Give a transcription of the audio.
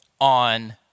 on